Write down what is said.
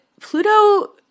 Pluto